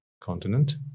continent